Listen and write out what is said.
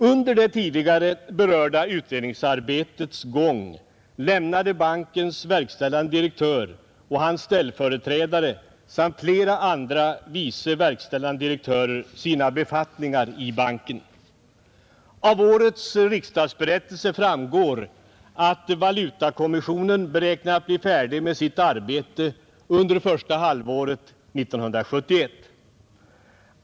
Under det tidigare berörda utredningsarbetets gång lämnade Handelsbankens verkställande direktör och hans ställföreträdare samt flera andra vice verkställande direktörer sina befattningar i banken. Av årets riksdagsberättelse framgår att valutakommissionen beräknar att bli färdig med sitt arbete under första halvåret 1971.